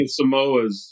Samoas